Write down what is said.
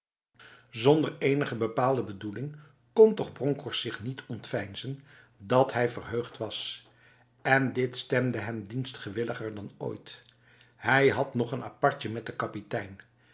zonder enige bepaalde bedoeling kon toch bronkhorst zich niet ontveinzen dat hij verheugd was en dit stemde hem dienstwilliger dan ooit hij had nog een apartje met de kapitein